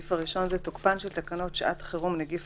הארכת תוקף 1. תוקפן של תקנות שעת חירום (נגיף